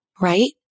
right